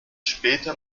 später